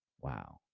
Wow